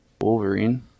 Wolverine